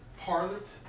harlot